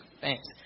thanks